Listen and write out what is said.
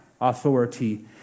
authority